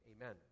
Amen